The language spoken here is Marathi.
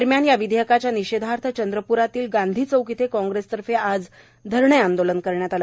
दरम्यान या विधेयकाच्या निषेधार्थ चंद्रप्र येथील गांधी चौक येथे काँग्रेस तर्फे आज भव्य धरणे आंदोलन करण्यात आले